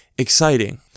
exciting